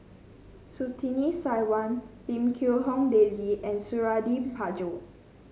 Surtini Sarwan Lim Quee Hong Daisy and Suradi Parjo